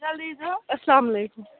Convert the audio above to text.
اسلام وعلیکُم